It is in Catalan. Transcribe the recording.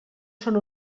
són